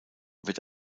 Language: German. wird